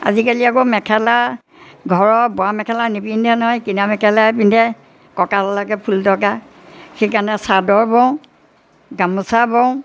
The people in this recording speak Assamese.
আজিকালি আকৌ মেখেলা ঘৰৰ বোৱা মেখেলা নিপিন্ধে নহয় কিনা মেখেলাহে পিন্ধে কঁকাললৈকে ফুল থকা সেইকাৰণে চাদৰ বওঁ গামোচা বওঁ